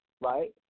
right